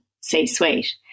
C-suite